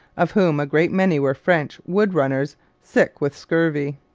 of whom a great many were french wood-runners sick with scurvy.